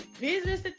business